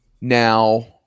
Now